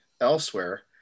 elsewhere